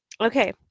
Okay